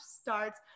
starts